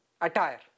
attire